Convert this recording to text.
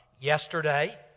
yesterday